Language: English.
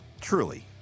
Truly